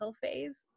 phase